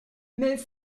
mais